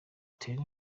utere